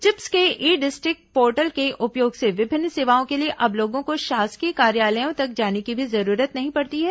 chips के e district portal के उपयोग से विभिन्न सेवाओं के लिए अब लोगों को शासकीय कार्यालयों तक जाने की भी जरूरत नहीं पड़ती है